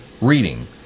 Reading